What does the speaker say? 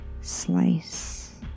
Slice